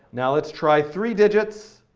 now let's try three digits.